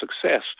success